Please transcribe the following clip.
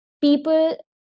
people